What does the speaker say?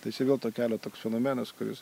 tai čia vėl to kelio toks fenomenas kuris